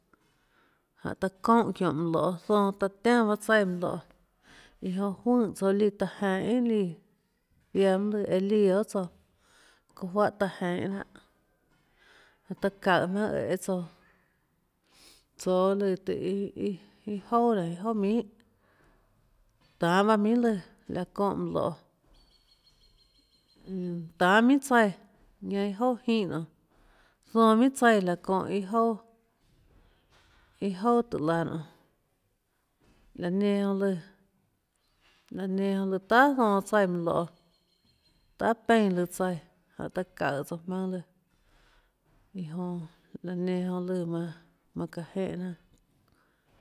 Jánhå taã çoúnã çiónhå mønã loê zonãtaã tiánã bahâ tsaíã mønã loê iã onã juøè touã líã taã jeinhå líã ziaã mønâ líã eã líã guiohà tsouã çonã uáhã taã jeinhå lahâ jonã taã çaùhå jmaønâæê tsouã tsoå lùã tùhå iâ iâ iâ ouà nénå iâ jouà minhà tanê bahâ minhà lùã çñhå mønã loê ønå tanê minhà tsaíã ñanã iâ ouà jínhã onê zonãminhà tsaíã laã çónhã iâ jouà iâ jouà tùhå laã nonê laã nenã jonã lùã laã nenã jonã lùã tahà zonãtsaíã mønã loê tahà peínã lùã tsaíã taã çaùhå tsouã jmaønâ lùã iã jonã laã nenã jonã lùã manã manã çaã jenè jnanà